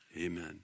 Amen